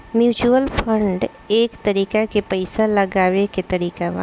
mutual fund एक तरीका के पइसा लगावे के तरीका बा